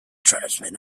tribesmen